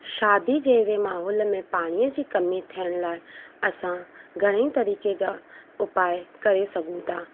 शादी जहिड़े माहोल में पाणीअ जी कमी थियण लाइ असां घणेई तरीक़े जा उपाय करे सघूं था